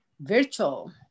virtual